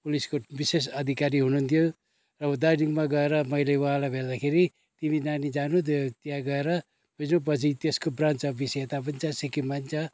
पुलिसको विशेष अधिकारी हुनुहुन्थ्यो र दार्जिलिङमा गएर मैले उहाँलाई भेट्दाखेरि तिमी नानी जानु तिमी त्यो त्यहाँ गएर बुज्नु पछि त्यस्को ब्रान्च अफिस यता पनि छ सिक्किममा पनि छ